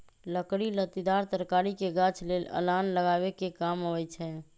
लकड़ी लत्तिदार तरकारी के गाछ लेल अलान लगाबे कें काम अबई छै